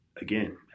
again